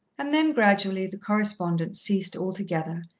and then gradually the correspondence ceased altogether,